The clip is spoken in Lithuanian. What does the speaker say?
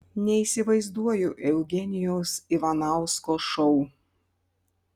neįsivaizduoju eugenijaus ivanausko šou